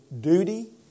duty